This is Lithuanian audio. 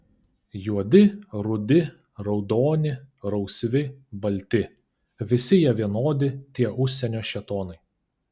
juodi rudi raudoni rausvi balti visi jie vienodi tie užsienio šėtonai